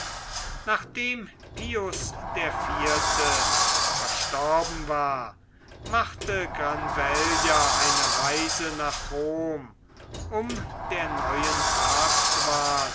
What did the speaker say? nachdem pius der vierte verstorben war machte granvella eine reise nach rom um der neuen